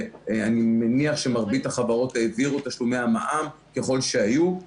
ואני מניח שמרבית החברות העבירו תשלומי המע"מ ככל שהיו.